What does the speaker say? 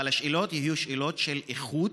אבל השאלות יהיו שאלות של איכות,